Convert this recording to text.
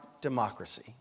democracy